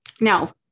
Now